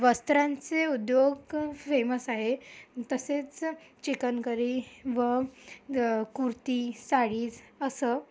वस्त्रांचे उद्योग फेमस आहे तसेच चिकनकरी व कुर्ती साडीज असं